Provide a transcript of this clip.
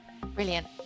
Brilliant